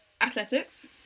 Athletics